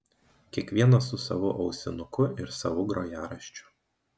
kiekvienas su savu ausinuku ir savu grojaraščiu